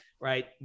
right